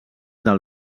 del